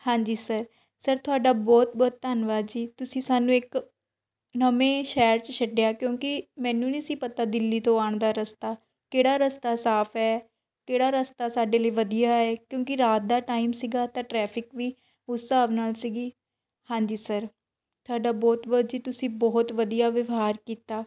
ਹਾਂਜੀ sir sir ਤੁਹਾਡਾ ਬਹੁਤ ਬਹੁਤ ਧੰਨਵਾਦ ਜੀ ਤੁਸੀਂ ਸਾਨੂੰ ਇੱਕ ਨਵੇਂ ਸ਼ਹਿਰ 'ਚ ਛੱਡਿਆ ਕਿਉਂਕਿ ਮੈਨੂੰ ਨਹੀਂ ਸੀ ਪਤਾ ਦਿੱਲੀ ਤੋਂ ਆਉਣ ਦਾ ਰਸਤਾ ਕਿਹੜਾ ਰਸਤਾ ਸਾਫ ਹੈ ਕਿਹੜਾ ਰਸਤਾ ਸਾਡੇ ਲਈ ਵਧੀਆ ਹੈ ਕਿਉਂਕਿ ਰਾਤ ਦਾ ਟਾਈਮ ਸੀਗਾ ਤਾਂ ਟਰੈਫਿਕ ਵੀ ਉਸ ਹਿਸਾਬ ਨਾਲ ਸੀਗੀ ਹਾਂਜੀ ਸਰ ਤੁਹਾਡਾ ਬਹੁਤ ਬਹੁਤ ਜੀ ਤੁਸੀਂ ਬਹੁਤ ਵਧੀਆ ਵਿਵਹਾਰ ਕੀਤਾ